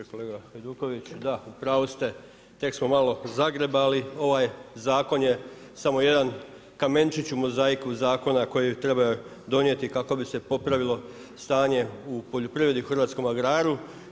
Kolega Hajduković, da u pravu ste tek smo mali zagrebali, ovaj zakon je samo jedan kamenčić u mozaiku zakona koje treba donijeti kako bi se popravilo stanje u poljoprivredi u hrvatskom agraru.